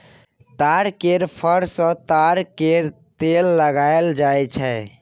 ताड़ केर फर सँ ताड़ केर तेल निकालल जाई छै